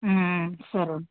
సరే